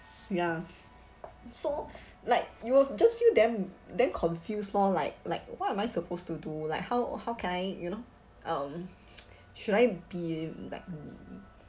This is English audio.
ya so like you will just feel damn damn confused lor like like what am I supposed to do like how how can I you know um should I be mm like mm